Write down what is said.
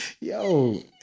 Yo